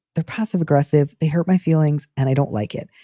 the passive aggressive, they hurt my feelings and i don't like it.